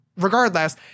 Regardless